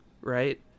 right